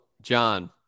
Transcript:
John